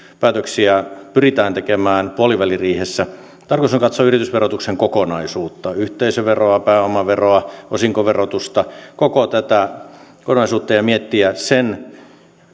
päätöksiä pyritään tekemään puoliväliriihessä tarkoitus on katsoa yritysverotuksen kokonaisuutta yhteisöveroa pääomaveroa osinkoverotusta koko tätä kokonaisuutta ja miettiä sen